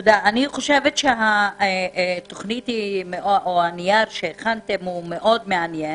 אני חושבת שהתוכנית או הנייר שהכנתם מאוד מעניין,